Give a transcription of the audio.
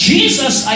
Jesus